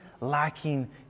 lacking